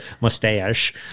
Mustache